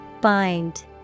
Bind